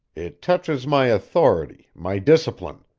it touches my authority my discipline.